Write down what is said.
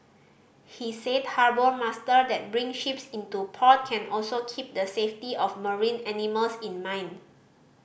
he said harbour master that bring ships into port can also keep the safety of marine animals in mind